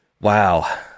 Wow